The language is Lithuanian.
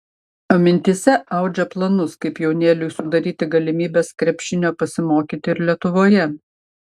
o mintyse audžia planus kaip jaunėliui sudaryti galimybes krepšinio pasimokyti ir lietuvoje